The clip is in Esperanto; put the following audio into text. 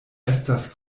estas